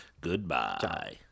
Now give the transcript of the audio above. Goodbye